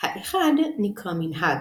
– האחד נקרא "מנהג"